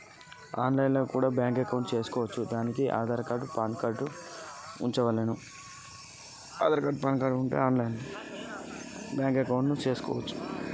నేను online లో కూడా బ్యాంకు ఖాతా ను తెరవ వచ్చా? దానికి ఏ పత్రాలను జత చేయాలి బ్యాంకు ఖాతాకు?